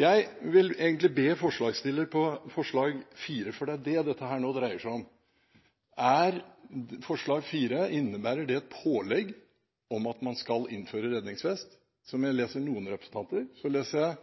Jeg vil be forslagsstiller bak forslag nr. 4 – for det er det dette nå dreier seg om – om et svar. Innebærer forslag nr. 4 et pålegg om at man skal innføre redningsvest, slik jeg leser noen representanter?